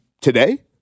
today